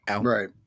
right